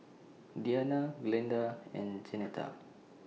Diana Glenda and Jeanetta